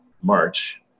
March